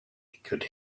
could